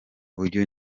uyu